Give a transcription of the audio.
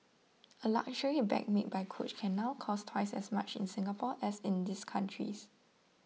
a luxury bag made by Coach can now cost twice as much in Singapore as in these countries